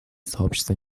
сообщество